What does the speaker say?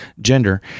gender